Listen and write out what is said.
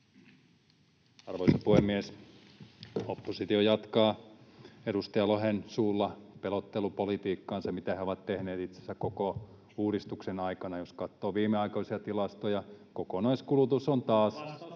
Arvoisa puhemies! Oppositio jatkaa edustaja Lohen suulla pelottelupolitiikkaansa, mitä he ovat tehneet itse asiassa koko uudistuksen aikana. Jos katsoo viimeaikaisia tilastoja, kokonaiskulutus on taas